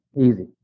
Easy